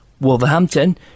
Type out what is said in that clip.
Wolverhampton